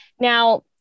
Now